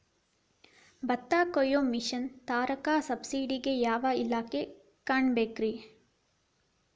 ಭತ್ತ ಕೊಯ್ಯ ಮಿಷನ್ ತರಾಕ ಸಬ್ಸಿಡಿಗೆ ಯಾವ ಇಲಾಖೆ ಕಾಣಬೇಕ್ರೇ?